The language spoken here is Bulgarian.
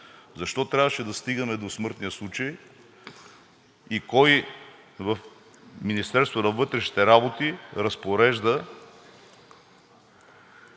Защо трябваше да стигаме до смъртния случай и кой в Министерството на вътрешните работи разпорежда